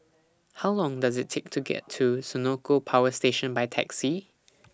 How Long Does IT Take to get to Senoko Power Station By Taxi